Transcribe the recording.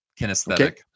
kinesthetic